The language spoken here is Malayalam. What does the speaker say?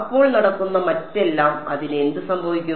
അപ്പോൾ നടക്കുന്ന മറ്റെല്ലാം അതിന് എന്ത് സംഭവിക്കും